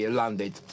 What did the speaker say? landed